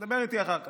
דבר איתי אחר כך.